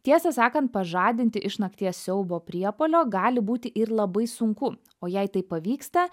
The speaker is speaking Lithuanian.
tiesą sakant pažadinti iš nakties siaubo priepuolio gali būti ir labai sunku o jei tai pavyksta